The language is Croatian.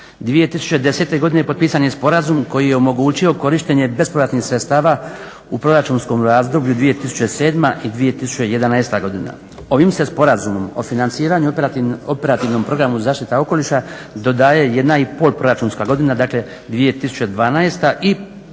2010. godine potpisan je sporazum koji je omogućio korištenje bespovratnih sredstava u proračunskom razdoblju 2007.-2011. godina. Ovim se Sporazumom o financiranju operativnom programu "Zaštita okoliša" dodaje jedna i pol proračunska godina, dakle 2012. i prva